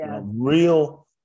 real